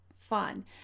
fun